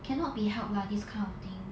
cannot be helped lah this kind of thing